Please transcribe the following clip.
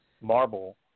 marble